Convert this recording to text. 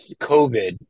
COVID